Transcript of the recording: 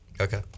Okay